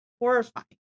horrifying